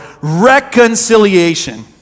reconciliation